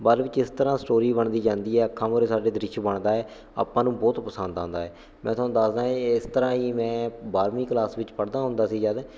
ਬਾਅਦ ਵਿੱਚ ਇਸ ਤਰ੍ਹਾਂ ਸਟੋਰੀ ਬਣਦੀ ਜਾਂਦੀ ਹੈ ਅੱਖਾਂ ਮੁਹਰੇ ਸਾਡੇ ਦ੍ਰਿਸ਼ ਬਣਦਾ ਏ ਆਪਾਂ ਨੂੰ ਬਹੁਤ ਪਸੰਦ ਆਉਂਦਾ ਏ ਮੈਂ ਤੁਹਾਨੂੰ ਦੱਸਦਾ ਇਸ ਤਰ੍ਹਾਂ ਹੀ ਮੈਂ ਬਾਰਵੀਂ ਕਲਾਸ ਵਿੱਚ ਪੜ੍ਹਦਾ ਹੁੰਦਾ ਸੀ ਜਦ